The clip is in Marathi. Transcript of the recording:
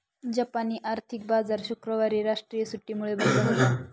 जापानी आर्थिक बाजार शुक्रवारी राष्ट्रीय सुट्टीमुळे बंद होता